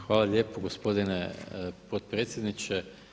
Hvala lijepo gospodine potpredsjedniče.